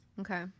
okay